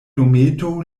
dometo